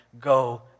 go